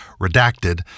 redacted